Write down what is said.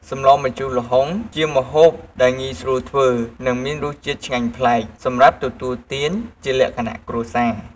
សម្លម្ជូរល្ហុង ជាម្ហូបដែលងាយស្រួលធ្វើ និងមានរសជាតិឆ្ងាញ់ប្លែក សម្រាប់ទទួលទានជាលក្ខណៈគ្រួសារ។